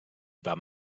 vam